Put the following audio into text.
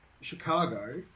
Chicago